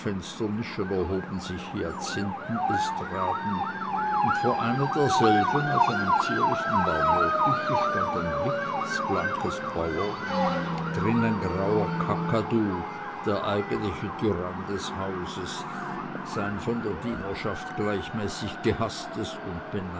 erhoben sich hyazinthenestraden und vor einer derselben auf einem zierlichen marmortische stand ein blitzblankes bauer drin ein grauer kakadu der eigentliche tyrann des hauses sein von der dienerschaft gleichmäßig gehaßtes und